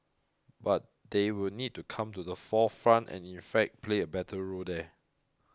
but they will need to come to the forefront and in fact play a better role there